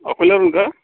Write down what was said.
अकोल्यावरून का